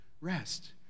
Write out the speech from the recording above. rest